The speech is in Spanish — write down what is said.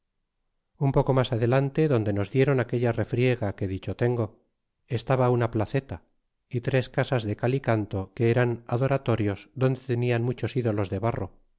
un poco mas adelante donde nos dieron aquella refriega que dicho tengo estaba una placeta y tres casas de cal y canto que eran adoratorios donde tenian muchos ídolos de barro